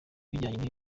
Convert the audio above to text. bijyanye